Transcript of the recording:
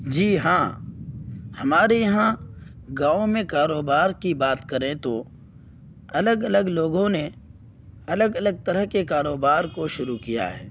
جی ہاں ہمارے یہاں گاؤں میں کاروبار کی بات کریں تو الگ الگ لوگوں نے الگ الگ طرح کے کاروبار کو شروع کیا ہے